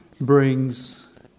brings